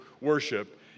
worship